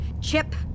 Chip